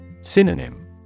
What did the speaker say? Synonym